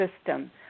system